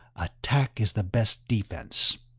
attack is the best defense,